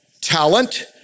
talent